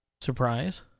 surprise